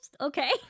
okay